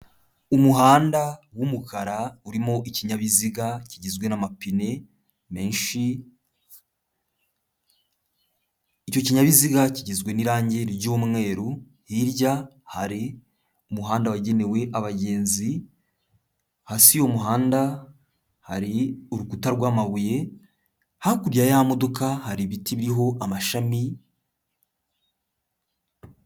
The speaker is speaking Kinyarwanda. Umuhanda w'umukara urimo ikinyabiziga kigizwe n'amapine menshi, icyo kinyabiziga kigizwe n'irangi ry'umweru, hirya hari umuhanda wagenewe abagenzi, hasi y'uwo muhanda hari urukuta rw'amabuye, hakurya y'aya modoka hari ibiti biriho amashami...